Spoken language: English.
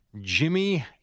Jimmy